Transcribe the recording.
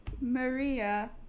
maria